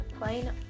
plain